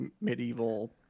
medieval